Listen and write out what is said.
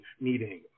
meeting